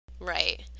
right